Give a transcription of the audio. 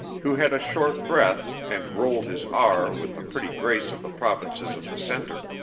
who had a short breath and rolled his r with the pretty grace of the provinces of the centre,